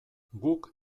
guk